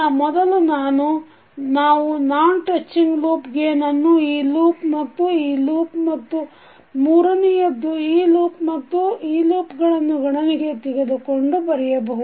ಮೊದಲು ನಾನು non touching loop gain ಅನ್ನು ಈ ಲೂಪ್ ಮತ್ತು ಈ ಲೂಪ್ ಮತ್ತು ಮೂರನೆಯದ್ದು ಈ ಲೂಪ್ ಮತ್ತು ಈ ಲೂಪ್ ಗಳನ್ನು ಗಣನೆಗೆ ತೆಗೆದುಕೊಂಡು ಬರೆಯಬಹುದು